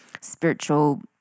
spiritual